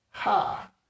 Ha